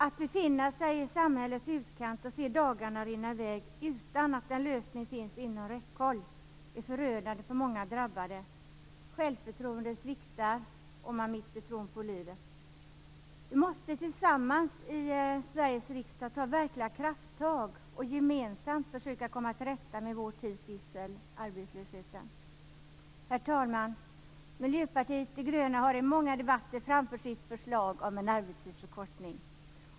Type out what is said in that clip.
Att befinna sig i samhällets utkant och se dagarna rinna i väg utan att en lösning finns inom räckhåll är förödande för många drabbade. Självförtroendet sviktar, och man mister tron på livet. Vi måste tillsammans i Sveriges riksdag ta verkliga krafttag och gemensamt försöka komma till rätta med vår tids gissel - arbetslösheten. Herr talman! Vi i Miljöpartiet de gröna har i många debatter framfört vårt förslag om en arbetstidsförkortning.